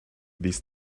these